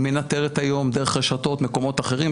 היא מנטרת היום דרך הרשתות כל מיני מקומות אחירם.